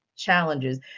challenges